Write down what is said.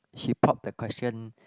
she pop the question